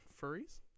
furries